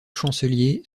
chancelier